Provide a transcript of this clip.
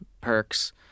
perks